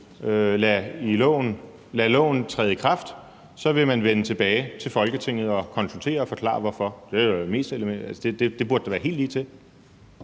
lade loven træde i kraft, så vil man vende tilbage til Folketinget og konsultere og forklare hvorfor? Det burde da være helt ligetil.